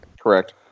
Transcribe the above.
Correct